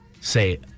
say